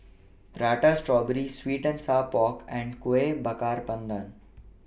Prata Strawberry Sweet and Sour Pork and Kueh Bakar Pandan